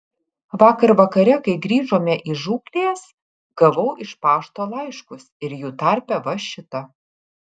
vakar vakare kai grįžome iš žūklės gavau iš pašto laiškus ir jų tarpe va šitą